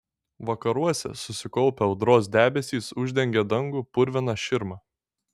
vakaruose susikaupę audros debesys uždengė dangų purvina širma